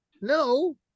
No